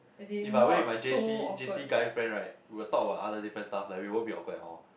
if I went with my J_C J_C guy friend right we will talk about other different stuff like we won't be awkward at all